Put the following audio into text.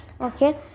Okay